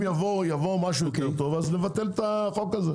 אם יבוא משהו טוב יותר - נבטל את החוק הזה.